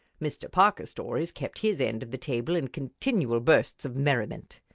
mr. parker's stories kept his end of the table in continual bursts of merriment.